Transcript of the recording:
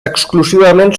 exclusivament